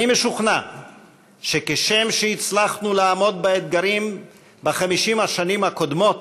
אני משוכנע שכשם שהצלחנו לעמוד באתגרים ב-50 השנים הקודמות,